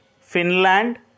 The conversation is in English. Finland